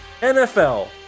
NFL